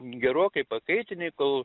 gerokai pakaitini kol